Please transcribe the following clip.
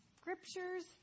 scriptures